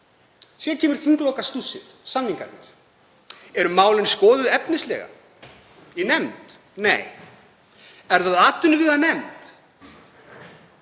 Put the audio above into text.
Síðan kemur þinglokastússið, samningarnir. Eru málin skoðuð efnislega í nefnd? Nei. Er það atvinnuveganefnd